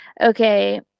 Okay